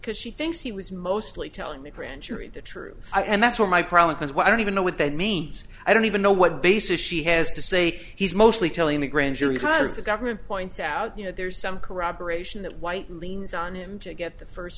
because she thinks he was mostly telling the grand jury the truth and that's what my problem is what i don't even know what that means i don't even know what basis she has to say he's mostly telling the grand jury because the government points out you know there's some corroboration that white leans on him to get the first